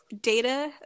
data